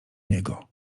niego